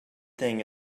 thing